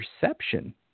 perception